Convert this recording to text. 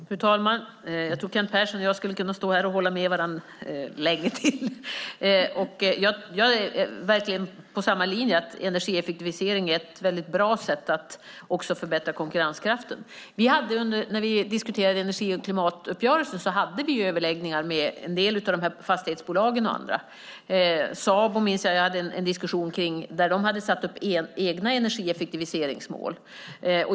Fru talman! Jag tror att Kent Persson och jag länge till skulle kunna stå här och hålla med varandra. Vi är verkligen på samma linje. Energieffektivisering är ett mycket bra sätt att också förbättra konkurrenskraften. När vi diskuterade energi och klimatuppgörelsen hade vi överläggningar bland annat med en del fastighetsbolag. Sabo minns jag att jag hade en diskussion om. De hade satt upp egna energieffektiviseringsmål.